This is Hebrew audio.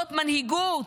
זאת מנהיגות.